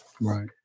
Right